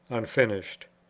unfinished.